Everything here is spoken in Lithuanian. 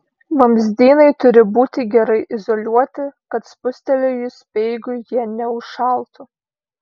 vamzdynai turi būti gerai izoliuoti kad spustelėjus speigui jie neužšaltų